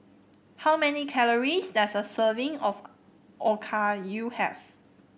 how many calories does a serving of Okayu have